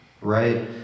right